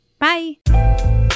Bye